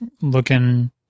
looking